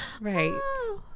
Right